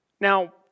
Now